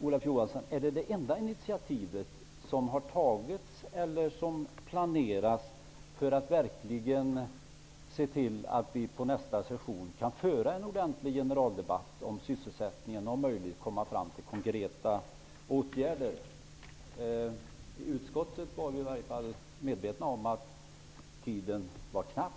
Olof Johansson: Är detta det enda intiativ som har tagits eller planeras för att verkligen se till att vi vid nästa session kan föra en ordentlig generaldebatt om sysselsättningen och om möjligt komma fram till konkreta åtgärder? I utskottet var vi i alla fall medvetna om att tiden var knapp.